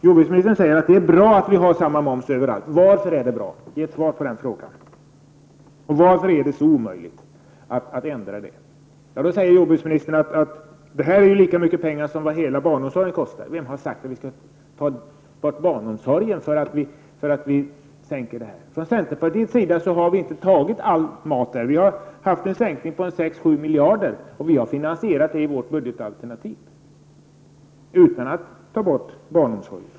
Jordbruksministern säger att det är bra att vi har samma moms på alla varor. Varför är det bra? Ge mig ett svar på den frågan! Jordbruksministern säger vidare att matmomsen ger lika mycket pengar som hela barnomsorgen kostar. Vem har sagt att vi skall minska på barnomsorgen därför att vi sänker matmomsen? Centerns förslag innebär en minskning av momsinkomsten på 6 à 7 miljarder, och detta har vi finansierat i vårt budgetalternativ utan att det drabbar barnomsorgen.